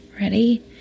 Ready